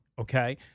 Okay